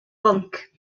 bwnc